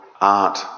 Art